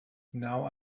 now